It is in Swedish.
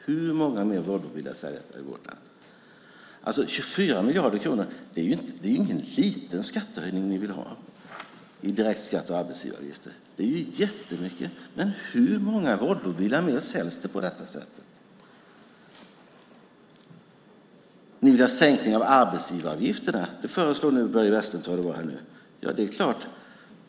Det är ingen liten skattehöjning ni vill ha med 24 miljarder kronor i direkta skatter och arbetsgivaravgifter. Det är jättemycket. Men hur många fler Volvobilar säljs det på det sättet? Ni vill ha sänkning av arbetsgivaravgifterna. Det föreslår nu Börje Vestlund här.